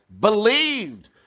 believed